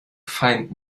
feind